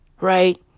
Right